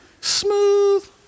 Smooth